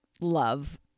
love